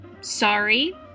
Sorry